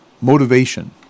motivation